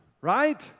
right